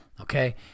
Okay